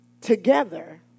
together